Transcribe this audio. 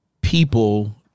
people